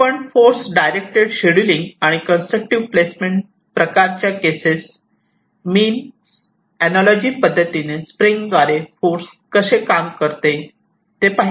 आपण force directed scheduling आणि constructive placement प्रकार च्या केसेस मीन अनालॉजी पद्धतीने स्प्रिंग्जद्वारे फोर्सने कसे काम केले जाते ते पाहिले